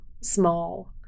small